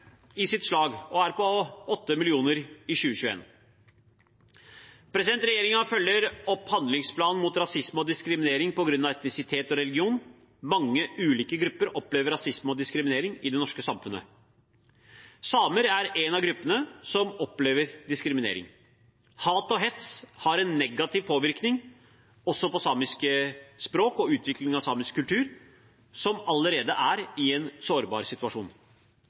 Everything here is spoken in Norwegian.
i sitt slag og er på 8 mill. kr i 2021. Regjeringen følger opp Handlingsplan mot rasisme og diskriminering på grunn av etnisitet og religion. Mange ulike grupper opplever rasisme og diskriminering i det norske samfunnet. Samer er en av gruppene som opplever diskriminering. Hat og hets har en negativ påvirkning også på samiske språk og utvikling av samisk kultur, som allerede er i en sårbar situasjon.